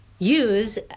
use